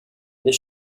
les